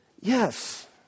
Yes